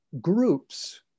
groups